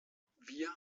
wir